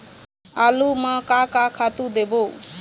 आलू म का का खातू देबो?